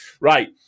Right